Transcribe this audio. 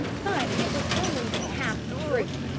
but it was only half the truth,